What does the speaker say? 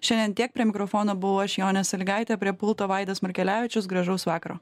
šiandien tiek prie mikrofono buvo iš jonė salygaitė prie pulto vaidas markelevičius gražaus vakaro